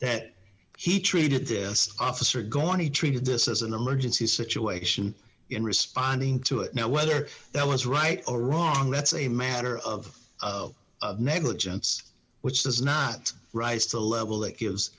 that he treated this officer going he treated this as an emergency situation in responding to it now whether that was right or wrong that's a matter of of negligence which does not rise to a level that gives